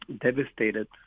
devastated